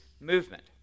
movement